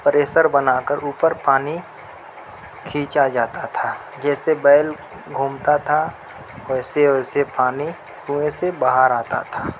pressure بناکر اوپر پانی کھینچا جاتا تھا جیسے بیل گھومتا تھا ویسے ویسے پانی کنویں سے باہر آتا تھا